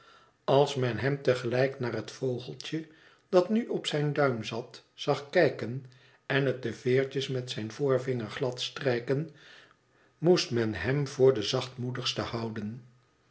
als men hem te gelijk naar het vogeltje dat nu op zijn duim zat zag kijken en het de veertjes met zijn voorvinger gladstrijken moest men hem voor den zachtmoedigsten houden